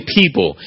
people